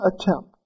attempt